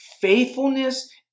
faithfulness